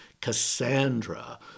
Cassandra